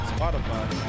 Spotify